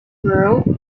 rogue